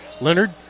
Leonard